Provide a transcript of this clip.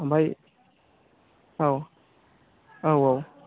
आमफ्राइ औ औ औ